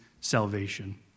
salvation